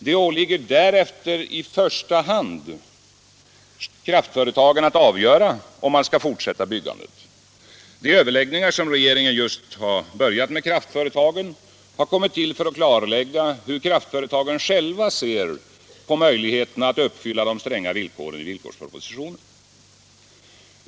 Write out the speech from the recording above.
Det åligger därefter i första hand kraftföretagen att avgöra om man skall fortsätta byggandet. De överläggningar som regeringen just har börjat med kraftföretagen har kommit till för att klarlägga hur kraftföretagen själva ser på möjligheterna att uppfylla de stränga villkoren i villkorspropositionen.